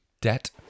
debt